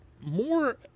more